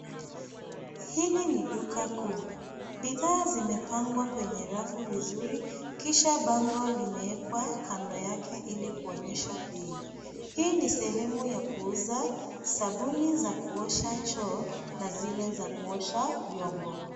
Hili ni duka kuu. Bidhaa zimepangwa kwenye rafu vizuri, kisha bango limewekwa kando yake ili kuonyesha bei. Hii ni sehemu ya kuuza sabuni za kuosha choo na zile za kuosha vyombo.